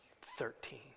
thirteen